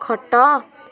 ଖଟ